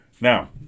Now